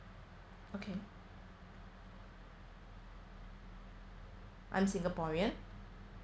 okay I'm singaporean